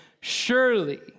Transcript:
surely